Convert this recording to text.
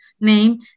name